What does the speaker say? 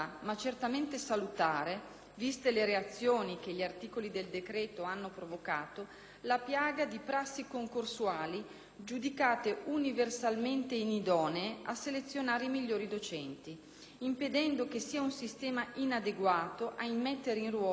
viste le reazioni che gli articoli del decreto hanno provocato, la piaga di prassi concorsuali giudicate universalmente inidonee a selezionare i migliori docenti, impedendo che sia un sistema inadeguato ad immettere in ruolo alcune migliaia di docenti.